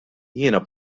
jiena